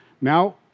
Now